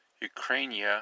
Ukraine